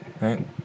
Right